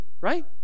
right